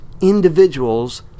individuals